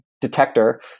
detector